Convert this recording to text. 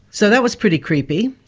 so that was pretty creepy.